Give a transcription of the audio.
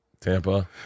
Tampa